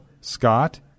Scott